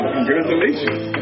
Congratulations